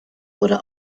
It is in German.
wurde